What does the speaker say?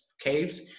caves